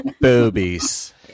boobies